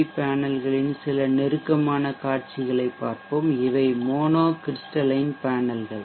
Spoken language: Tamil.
வி பேனல்களின் சில நெருக்கமான காட்சிகளைப் பார்ப்போம் இவை மோனோ கிரிஷ்டலைன் பேனல்கள்